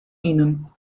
ihnen